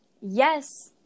yes